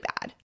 bad